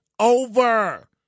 Over